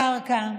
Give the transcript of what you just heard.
קרקע,